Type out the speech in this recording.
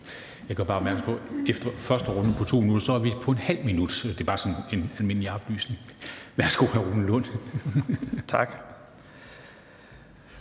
Jeg gør bare opmærksom på, at vi efter første runde på 2 minutter kun er på ½ minut. Det er bare sådan en almindelig oplysning. Værsgo til hr. Rune Lund. Kl.